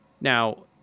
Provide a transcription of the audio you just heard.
Now